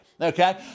okay